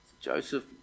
Joseph